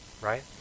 right